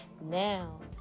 now